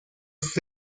sus